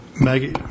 Maggie